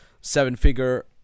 seven-figure